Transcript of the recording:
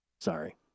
Sorry